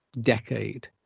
decade